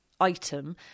item